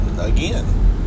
again